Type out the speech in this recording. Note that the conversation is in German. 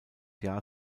jahr